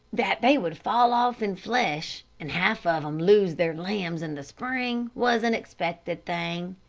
that they would fall off in flesh, and half of them lose their lambs in the spring, was an expected thing.